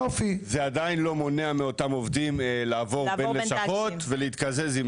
זה עדיין לא מונע מאותם עובדים מלעבור בין לשכות ולהתקזז.